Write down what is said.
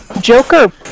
Joker